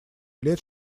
лет